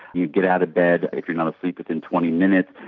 you get out of bed if you are not asleep within twenty minutes.